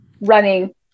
running